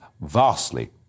vastly